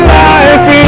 life